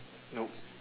no